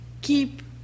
keep